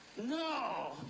No